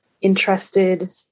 interested